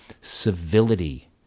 civility